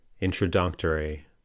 Introductory